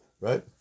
Right